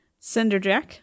Cinderjack